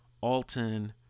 Alton